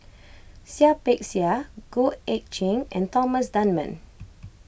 Seah Peck Seah Goh Eck Kheng and Thomas Dunman